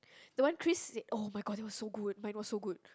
the one Chris said [oh]-my-god that was so good mine was so good